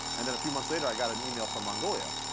and then a few months later i got an email from mongolia.